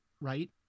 right